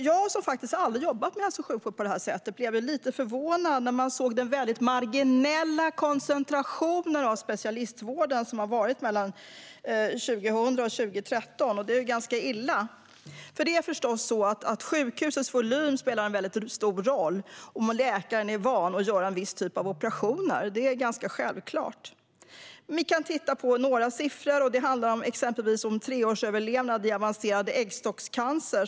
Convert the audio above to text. Jag, som aldrig har jobbat med hälso och sjukvård på det här sättet, blev lite förvånad när jag såg att det har varit en väldigt marginell koncentration av specialistvården mellan 2000 och 2013. Det är ganska illa. Sjukhusets volym spelar förstås stor roll för om läkaren är van vid att göra en viss typ av operationer. Det är ganska självklart. Vi kan titta på några siffror, exempelvis för treårsöverlevnad i avancerad äggstockscancer.